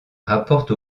rapporte